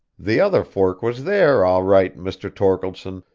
the other fork was there all right, mr. torkeldsen,